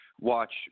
watch